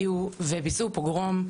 שהגיעו וביצעו פוגרום.